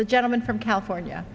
the gentleman from california